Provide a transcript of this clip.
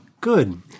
Good